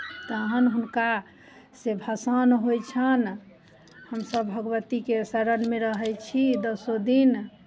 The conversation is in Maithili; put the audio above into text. तखन हुनका से भसान होइ छनि हमसभ भगवतीके शरण मे रहै छी दसो दिन